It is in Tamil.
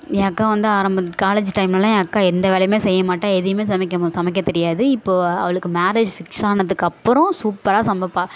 என் அக்கா வந்து ஆரம்பக் காலேஜு டைம்லெல்லாம் என் அக்கா எந்த வேலையுமே செய்ய மாட்டாள் எதையுமே சமைக்க மோ சமைக்க தெரியாது இப்போது அவளுக்கு மேரேஜ் ஃபிக்ஸ் ஆனதுக்கப்புறம் சூப்பராக சமைப்பாள்